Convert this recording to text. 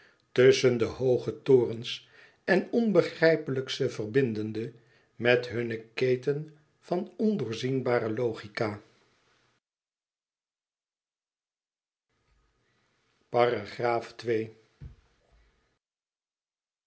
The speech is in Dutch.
tusschen de hooge torens en onbegrijplijk ze verbindende met hunne keten van ondoorzienbare logica